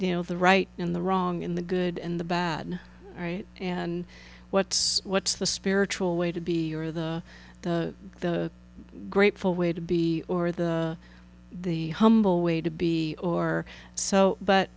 you know the right in the wrong in the good and the bad right and what's what's the spiritual way to be or the grateful way to be or the the humble way to be or so but